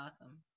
awesome